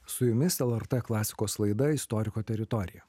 su jumis lrt klasikos laida istoriko teritorija